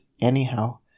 Anyhow